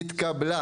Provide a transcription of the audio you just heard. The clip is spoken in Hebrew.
מה אתם אומרים,